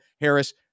Harris